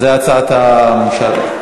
זו הצעת הממשלה.